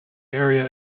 area